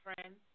friends